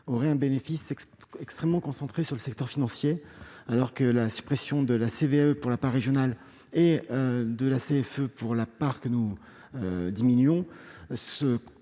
la C3S bénéficierait surtout au secteur financier, alors que la suppression de la CVAE pour la part régionale et de la CFE pour la part que nous diminuons